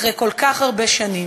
אחרי כל כך הרבה שנים,